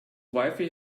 wifi